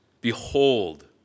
behold